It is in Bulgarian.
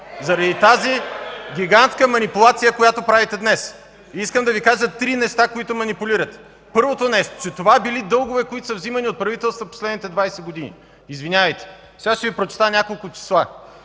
и възгласи: „Ееее!”), която правите днес. Искам да Ви кажа три неща, които манипулирате. Първото нещо, че това били дългове, които са взимани от правителства последните 20 години. Извинявайте, сега ще Ви прочета няколко числа: